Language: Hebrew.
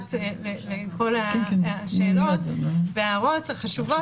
במשפט לכל השאלות וההערות החשובות.